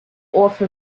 offer